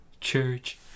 church